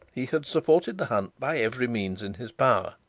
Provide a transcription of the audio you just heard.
he had supported the hunt by every means in his power.